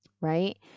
right